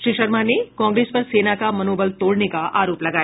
श्री शर्मा ने कांग्रेस पर सेना का मनोबल तोड़ने का आरोप लगाया